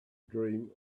dream